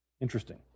Interesting